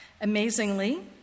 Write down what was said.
Amazingly